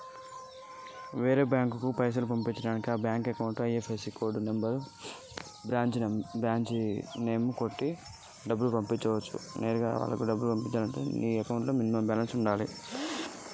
వేరే బ్యాంకుకు పైసలు ఎలా పంపించాలి? నా బ్యాంకులో ఎన్ని పైసలు ఉన్నాయి?